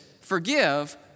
Forgive